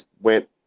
went